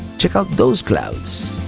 check out those clouds.